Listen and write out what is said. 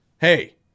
Hey